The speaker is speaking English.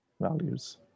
values